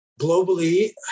globally